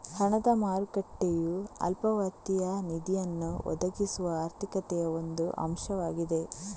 ಹಣದ ಮಾರುಕಟ್ಟೆಯು ಅಲ್ಪಾವಧಿಯ ನಿಧಿಯನ್ನು ಒದಗಿಸುವ ಆರ್ಥಿಕತೆಯ ಒಂದು ಅಂಶವಾಗಿದೆ